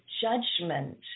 judgment